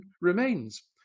remains